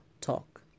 talk